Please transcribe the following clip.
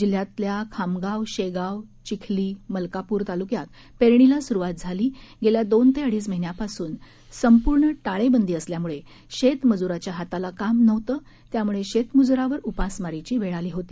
जिल्हयातील खामगावशैगावचिखली मलकापुर तालुक्यात पेरणीला सुरुवात झाली गेल्या दोन ते अडीच महिन्यापासून संपूर्ण लॉकडाऊन असल्यामुळे शेतमज्राच्या हाताला काम नसल्या कारणाने शेतमजुरावर उपासमारीची वेळ आली होती